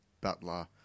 Butler